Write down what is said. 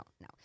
no